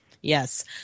yes